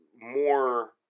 more